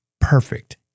perfect